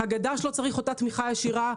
הגד"ש שלא צריך אותה תמיכה ישירה,